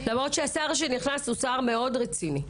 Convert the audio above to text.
למרות שהשר שנכנס הוא שר רציני מאוד.